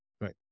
Right